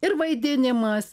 ir vaidinimas